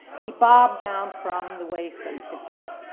he bowed down from the waist and kissed it.